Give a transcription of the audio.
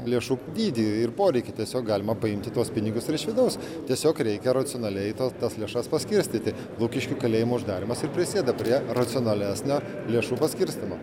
lėšų dydį ir poreikį tiesiog galima paimti tuos pinigus ir iš vidaus tiesiog reikia racionaliai ta tas lėšas paskirstyti lukiškių kalėjimo uždarymas ir prisideda prie racionalesnio lėšų paskirstymo